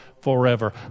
forever